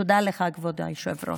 תודה לך, כבוד היושב-ראש.